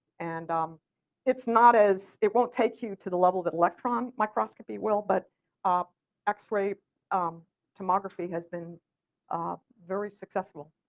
and um it's not as it won't take you to the level that electron microscopy will but x-ray um tomography has been ah very successful.